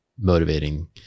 motivating